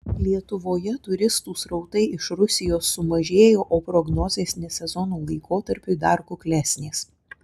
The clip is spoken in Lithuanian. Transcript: lietuvoje turistų srautai iš rusijos sumažėjo o prognozės ne sezono laikotarpiui dar kuklesnės